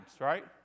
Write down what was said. right